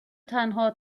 تنها